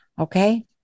Okay